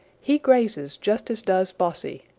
he grazes just as does bossy.